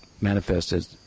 manifested